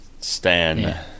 Stan